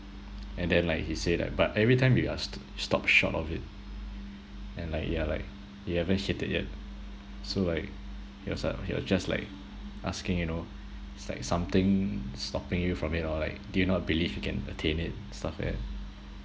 and then like he said like but every time you are s~ stopped short of it and like you're like you haven't hit it yet so like he was like he was just like asking you know is like something stopping you from it or like do not believe you can attain it stuff like that